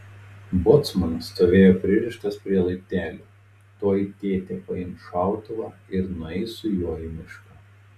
bocmanas stovėjo pririštas prie laiptelių tuoj tėtė paims šautuvą ir nueis su juo į mišką